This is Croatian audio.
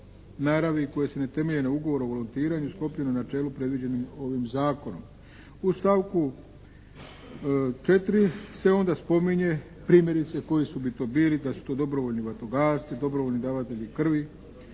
U stavku 4. se onda spominje primjerice koji bi to bili, da su to dobrovoljni vatrogasci, dobrovoljni davatelji krvi,